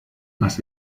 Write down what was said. las